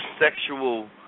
sexual